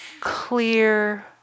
clear